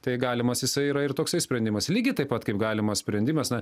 tai galimas jisai yra ir toksai sprendimas lygiai taip pat kaip galimas sprendimas na